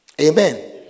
Amen